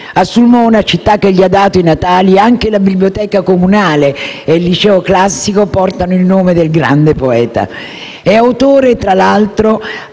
A Sulmona, città che gli ha dato i natali, anche la biblioteca comunale e il liceo classico portano il nome del grande poeta. Ovidio è autore, tra l'altro,